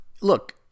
look